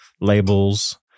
labels